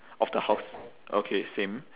of the house okay same